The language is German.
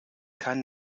kein